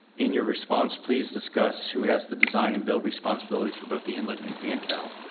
in your response, please discuss who has the design and build responsibilities for both the inlet and fan cowl.